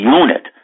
unit